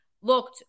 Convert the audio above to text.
looked